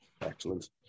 Excellent